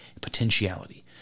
potentiality